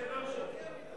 אי-אפשר לשקר כל הזמן.